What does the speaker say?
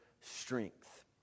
strength